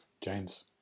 James